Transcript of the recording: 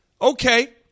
okay